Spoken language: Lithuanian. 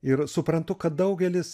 ir suprantu kad daugelis